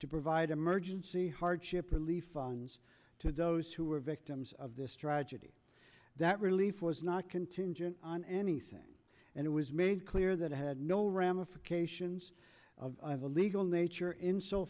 to provide emergency hardship relief funds to the those who were victims of this tragedy that relief was not contingent on anything and it was made clear that it had no ramifications of the legal nature in so